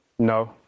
No